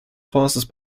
forces